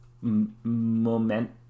moment